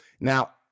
now